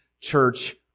Church